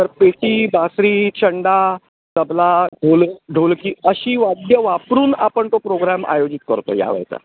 तर पेटी बासरी चंडा तबला ढोलक ढोलकी अशी वाद्यं वापरून आपण तो प्रोग्राम आयोजित करतो ह्यावेळचा